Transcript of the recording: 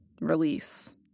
release